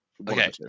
Okay